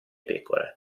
pecore